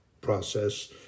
process